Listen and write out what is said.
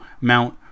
Mount